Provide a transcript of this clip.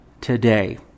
Today